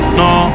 no